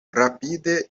rapide